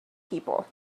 people